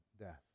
death